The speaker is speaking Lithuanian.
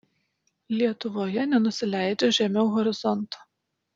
lietuvoje nenusileidžia žemiau horizonto